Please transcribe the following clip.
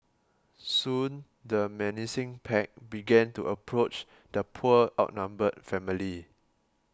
soon the menacing pack began to approach the poor outnumbered family